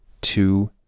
two